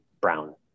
brown